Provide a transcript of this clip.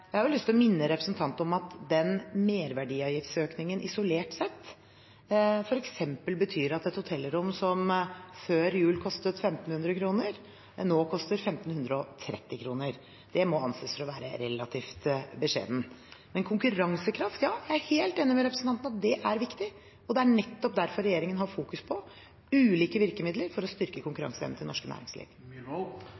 Jeg har lyst til å minne representanten om at denne merverdiavgiftsøkningen isolert sett f.eks. betyr at et hotellrom som før jul kostet 1 500 kr, nå koster 1 530 kr. Det må anses å være relativt beskjedent. Men konkurransekraft er jeg helt enig med representanten i at er viktig, og det er nettopp derfor regjeringen fokuserer på ulike virkemidler for å styrke